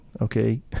okay